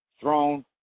throne